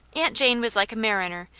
aunt jane was like a mariner,